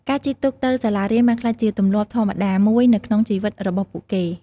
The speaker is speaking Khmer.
ការជិះទូកទៅសាលារៀនបានក្លាយជាទម្លាប់ធម្មតាមួយនៅក្នុងជីវិតរបស់ពួកគេ។